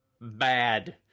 bad